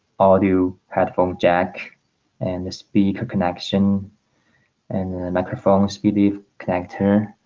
audio headphone jack and the speaker connection and the microphone speedy connector